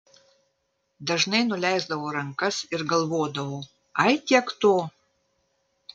dažnai nuleisdavau rankas ir galvodavau ai tiek to